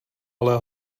ale